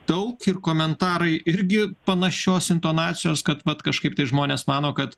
daug ir komentarai irgi panašios intonacijos kad vat kažkaip tai žmonės mano kad